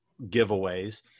giveaways